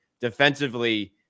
defensively